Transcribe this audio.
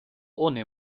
ohne